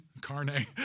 carne